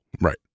Right